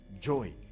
joy